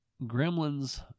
Gremlins